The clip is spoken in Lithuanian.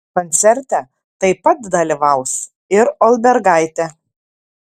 koncerte taip pat dalyvaus ir olbergaitė